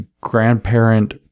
grandparent